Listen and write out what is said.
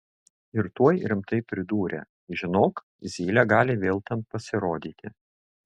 ir tuoj rimtai pridūrė žinok zylė gali vėl ten pasirodyti